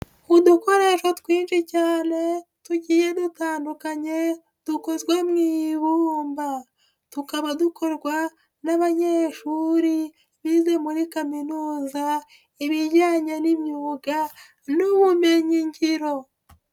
Udukoresho twinshi cyane tugiye dutandukanye dukozwe mu ibumba, tukaba dukorwa n'abanyeshuri bize muri kaminuza ibijyanye n'imyuga n'ubumenyigiro.